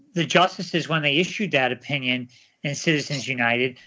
the justices when they issued that opinion in citizens united,